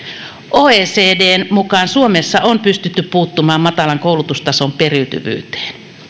oecdn mukaan suomessa on pystytty puuttumaan matalan koulutustason periytyvyyteen